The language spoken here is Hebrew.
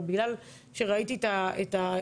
אבל בגלל שראיתי את העליהום,